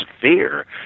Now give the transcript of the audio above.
fear